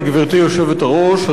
עמיתי חברי הכנסת,